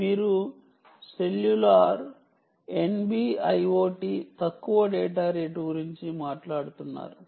మీరు cellular NB IoT తక్కువ data rate గురించి మాట్లాడుతున్నారు